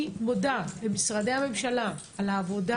אני מודה למשרדי הממשלה על העבודה